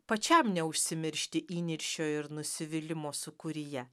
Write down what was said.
pačiam neužsimiršti įniršio ir nusivylimo sūkuryje